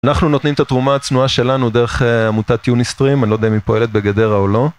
אנחנו נותנים את התרומה הצנועה שלנו דרך עמותת Unistream, אני לא יודע אם היא פועלת בגדרה או לא.